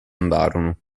andarono